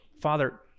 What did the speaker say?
father